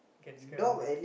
get scared of it